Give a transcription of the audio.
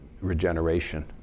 regeneration